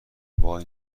وای